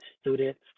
students